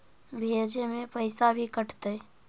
भेजे में पैसा भी कटतै?